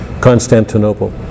Constantinople